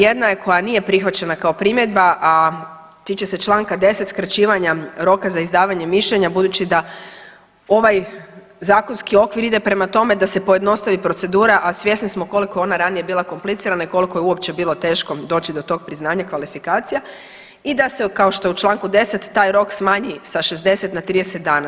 Jedna je koja nije prihvaćena kao primjedba, a tiče se Članka 10. skraćivanja roka za izdavanje mišljenja budući da ovaj zakonski okvir ide prema tome da se pojednostavi procedura, a svjesni smo koliko je ona ranije bila komplicirana i koliko je uopće bilo teško doći do tog priznanja kvalifikacija i da se kao što je u Članku 10. taj rok smanji sa 60 na 30 dana.